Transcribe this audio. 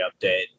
update